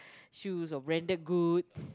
shoes of branded good